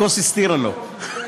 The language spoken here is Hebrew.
הכוס הסתירה לו.